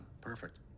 perfect